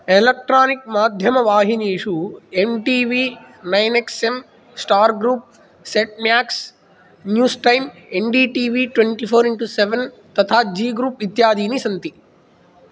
electronic माध्यमवाहिनीषु M T V nine X M star group set max news time N D T V twenty four into seven तथा Zee group इत्यादीनि सन्ति